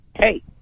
hey